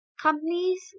Companies